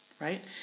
Right